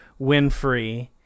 winfrey